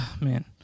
man